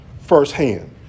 firsthand